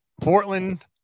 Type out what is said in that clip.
Portland